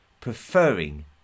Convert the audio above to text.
preferring